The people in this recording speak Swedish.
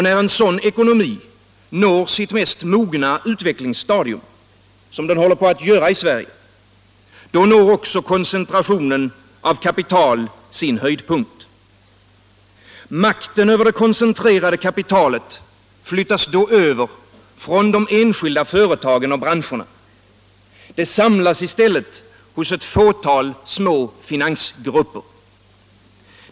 När en sådan ekonomi når sitt mest mogna utvecklingsstadium — som den håller på att göra i Sverige — då når också koncentrationen av kapital sin höjdpunkt. Makten över det koncentrerade kapitalet flyttas då över från de enskilda företagen och branscherna. Den samlas i stället hos ett fåtal små finansgrupper.